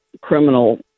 criminal